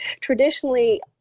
traditionally